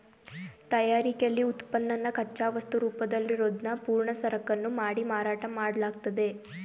ತಯಾರಿಕೆಲಿ ಉತ್ಪನ್ನನ ಕಚ್ಚಾವಸ್ತು ರೂಪದಲ್ಲಿರೋದ್ನ ಪೂರ್ಣ ಸರಕನ್ನು ಮಾಡಿ ಮಾರಾಟ ಮಾಡ್ಲಾಗ್ತದೆ